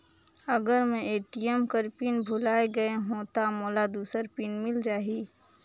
अगर मैं ए.टी.एम कर पिन भुलाये गये हो ता मोला दूसर पिन मिल जाही?